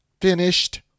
Finished